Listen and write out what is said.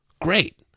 great